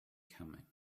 coming